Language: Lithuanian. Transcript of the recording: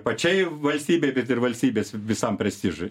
pačiai valstybei bet ir valstybės visam prestižui